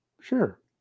Sure